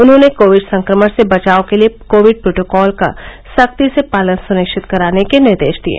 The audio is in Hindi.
उन्होंने कोविड संक्रमण से बचाव के लिये कोविड प्रोटोकॉल का सख्ती से पालन सुनिश्चित कराने के निर्देश दिये